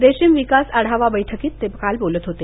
रेशीम विकास आढावा बैठकीत ते काल बोलत होते